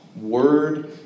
word